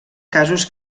casos